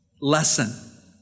lesson